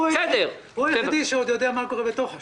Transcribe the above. הוא היחיד שעוד יודע מה קורה בתוך השנה,